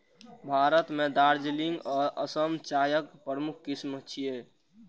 भारत मे दार्जिलिंग आ असम चायक प्रमुख किस्म छियै